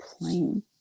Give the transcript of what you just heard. plain